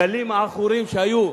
הגלים העכורים שהיו,